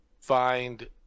find